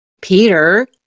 Peter